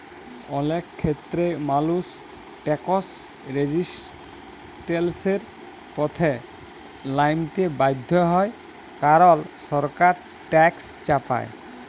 অলেক খ্যেত্রেই মালুস ট্যাকস রেজিসট্যালসের পথে লাইমতে বাধ্য হ্যয় কারল সরকার ট্যাকস চাপায়